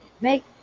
make